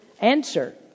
Answer